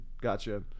Gotcha